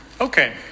Okay